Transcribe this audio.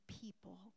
people